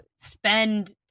spend